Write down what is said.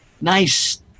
nice